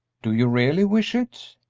do you really wish it?